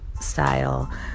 style